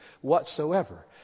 whatsoever